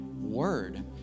word